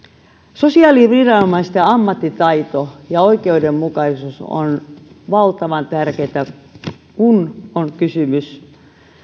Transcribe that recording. sosiaaliviranomaisten ammattitaito ja oikeudenmukaisuus ovat valtavan tärkeitä kun on kysymys